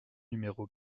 numéro